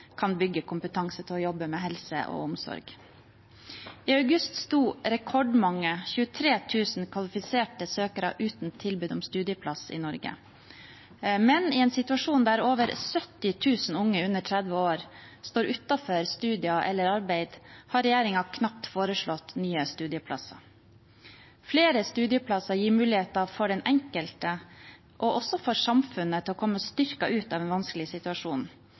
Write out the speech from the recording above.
kan bygge kompetanse til å jobbe med helse og omsorg. I august sto rekordmange – 23 000 – kvalifiserte søkere uten tilbud om studieplass i Norge. Men i en situasjon der over 70 000 unge under 30 år står utenfor studier eller arbeid, har regjeringen knapt foreslått nye studieplasser. Flere studieplasser gir mulighet for den enkelte, og også for samfunnet, til å komme styrket ut av en vanskelig situasjon,